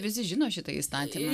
visi žino šitą įstatymą